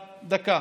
דקה,